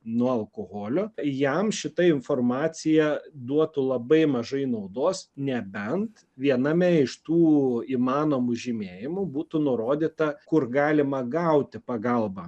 nuo alkoholio jam šita informacija duotų labai mažai naudos nebent viename iš tų įmanomų žymėjimų būtų nurodyta kur galima gauti pagalbą